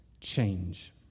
change